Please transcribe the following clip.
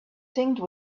tinged